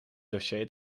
dossier